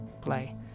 play